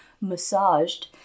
massaged